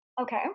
Okay